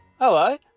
hello